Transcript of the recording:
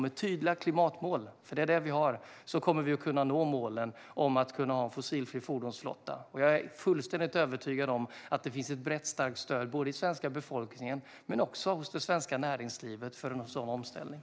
Med tydliga klimatmål, som vi har, kommer vi att kunna nå målen om att kunna ha en fossilfri fordonsflotta. Jag är fullständigt övertygad om att det finns ett brett starkt stöd både i den svenska befolkningen och hos det svenska näringslivet för en sådan omställning.